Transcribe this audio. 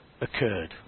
occurred